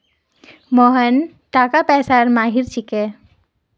मोहन टाका पैसार माहिर छिके